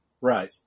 Right